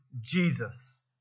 Jesus